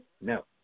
No